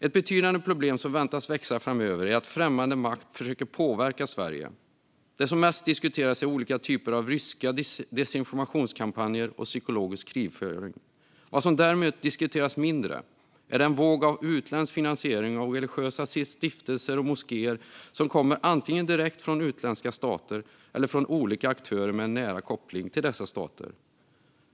Ett betydande problem som väntas växa framöver är att främmande makt försöker påverka Sverige. Det som mest diskuteras är olika typer av ryska desinformationskampanjer och psykologisk krigföring. Vad som däremot diskuteras mindre är den våg av utländsk finansiering av religiösa stiftelser och moskéer som kommer antingen direkt från utländska stater eller från olika aktörer med en nära koppling till dessa stater.